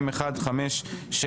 פ/392/25,